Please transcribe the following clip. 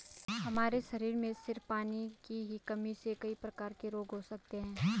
हमारे शरीर में सिर्फ पानी की ही कमी से हमे कई प्रकार के रोग हो सकते है